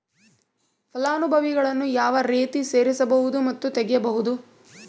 ಫಲಾನುಭವಿಗಳನ್ನು ಯಾವ ರೇತಿ ಸೇರಿಸಬಹುದು ಮತ್ತು ತೆಗೆಯಬಹುದು?